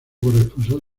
corresponsal